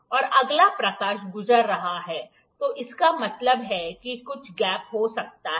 और अगर प्रकाश गुजर रहा है तो इसका मतलब है कि कुछ गैप हो सकता है